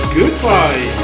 goodbye